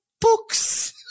books